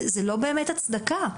זה לא באמת הצדקה.